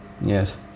Yes